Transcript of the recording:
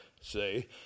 say